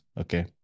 Okay